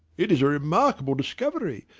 it is a remarkable discovery,